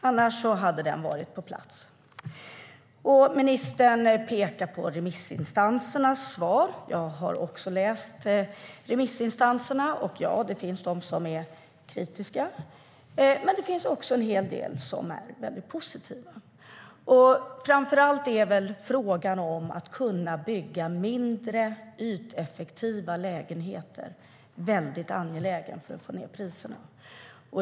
Annars hade den varit på plats. Framför allt är väl frågan om att kunna bygga mindre och yteffektiva lägenheter väldigt angelägen för att få ned priserna.